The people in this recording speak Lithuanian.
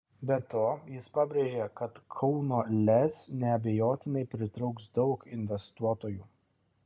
be to jis pabrėžė kad kauno lez neabejotinai pritrauks daug investuotojų